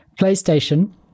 PlayStation